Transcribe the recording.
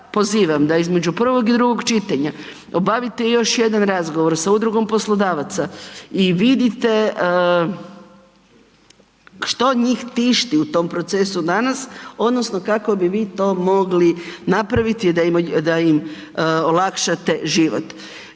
pozivam da između prvog i drugog čitanja obavite još jedan razgovor sa udrugom poslodavaca i vidite što njih tišti u tom procesu danas odnosno kako bi vi to mogli napraviti da im olakšate život.